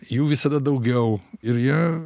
jų visada daugiau ir jie